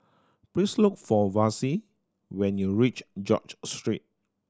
please look for Vassie when you reach George Street